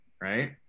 right